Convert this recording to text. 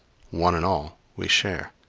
one and all, we share